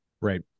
Right